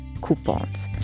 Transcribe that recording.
coupons